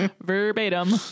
Verbatim